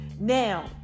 now